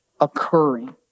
occurring